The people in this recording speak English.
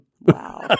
Wow